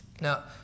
Now